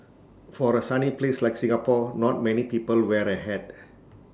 for A sunny place like Singapore not many people wear A hat